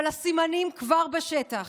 אבל הסימנים כבר בשטח.